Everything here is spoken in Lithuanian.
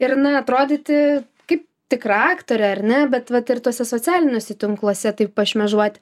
ir na atrodyti kaip tikra aktorė ar ne bet vat ir tuose socialiniuose tinkluose taip pat šmėžuot